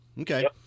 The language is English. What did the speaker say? okay